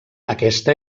aquesta